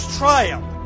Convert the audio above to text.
triumph